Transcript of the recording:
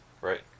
right